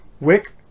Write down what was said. wick